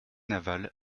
navals